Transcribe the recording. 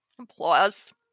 Applause